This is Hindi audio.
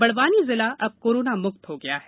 बड़वानी जिला अब कोरोना म्क्त हो गया है